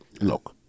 Look